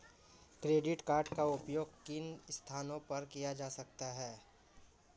Credit card का उपयोग किन स्थानों पर किया जा सकता है?